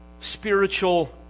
spiritual